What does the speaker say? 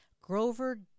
Grover